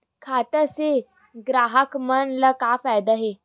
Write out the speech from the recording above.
खाता से ग्राहक मन ला का फ़ायदा हे?